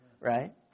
right